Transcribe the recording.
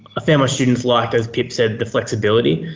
found my students liked, as pip said, the flexibility,